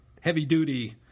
heavy-duty